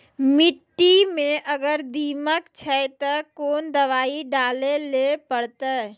मिट्टी मे अगर दीमक छै ते कोंन दवाई डाले ले परतय?